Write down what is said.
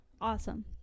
awesome